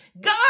God